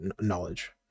knowledge